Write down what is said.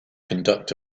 conduct